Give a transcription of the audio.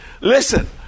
Listen